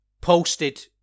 posted